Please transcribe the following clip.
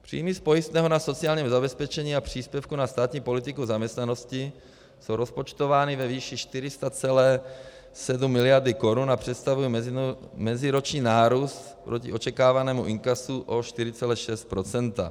Příjmy z pojistného na sociální zabezpečení a příspěvku na státní politiku zaměstnanosti jsou rozpočtovány ve výši 400,7 mld. korun a představují meziroční nárůst proti očekávanému inkasu o 4,6 %.